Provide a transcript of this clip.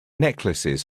necklaces